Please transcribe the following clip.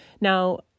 Now